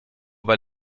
weil